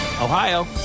Ohio